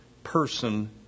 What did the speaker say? person